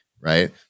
Right